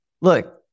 look